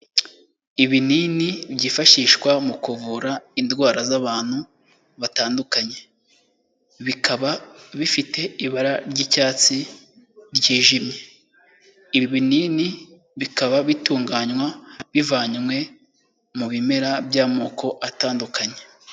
Ibinini byifashishwa mu kuvura indwara z'abantu batandukanye. Bikaba bifite ibara ry'icyatsi ryijimye. Ibi binini bikaba bitunganywa bivanywe mu bimera by'amoko atandukanye.